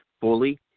fully